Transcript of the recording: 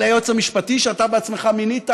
על היועץ המשפטי שאתה בעצמך מינית?